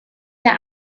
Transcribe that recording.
der